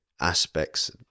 aspects